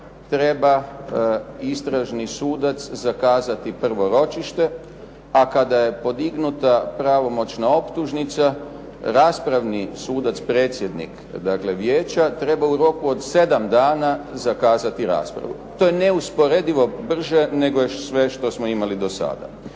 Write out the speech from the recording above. treba istražni sudac zakazati prvo ročište, a kada je podignuta pravomoćna optužnica raspravni sudac, predsjednik dakle Vijeća treba u roku od 7 dana zakazati raspravu. To je neusporedivo brže nego sve što smo imali do sada.